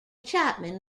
chapman